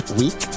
week